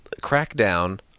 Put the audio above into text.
Crackdown